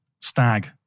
stag